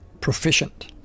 proficient